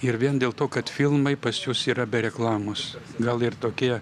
ir vien dėl to kad filmai pas jus yra be reklamos gal ir tokie